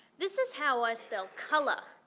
this is how i spell color.